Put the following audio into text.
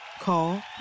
Call